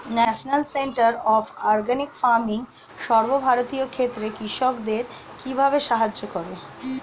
National centre of organic farming সর্বভারতীয় ক্ষেত্রে কৃষকদের কিভাবে সাহায্য করে?